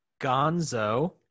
Gonzo